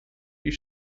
you